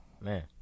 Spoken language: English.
Man